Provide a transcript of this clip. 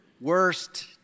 Worst